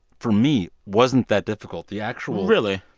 for me, wasn't that difficult. the actual. really?